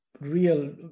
real